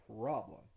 problem